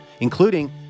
including